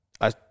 I